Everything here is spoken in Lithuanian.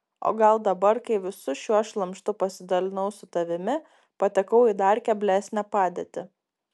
o gal dabar kai visu šiuo šlamštu pasidalinau su tavimi patekau į dar keblesnę padėtį